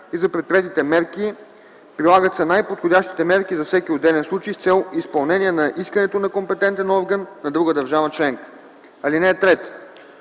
и за предприетите мерки; прилагат се най-подходящите мерки за всеки отделен случай с цел изпълнение на искането на компетентен орган на друга държава членка. (3) По